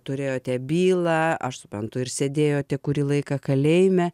turėjote bylą aš suprantu ir sėdėjote kurį laiką kalėjime